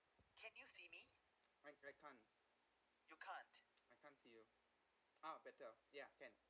can you see me right I I can't you can't I can't see you oh better ya can